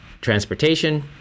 transportation